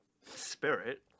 spirit